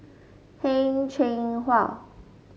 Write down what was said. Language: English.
Heng Cheng Hwa